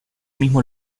mismo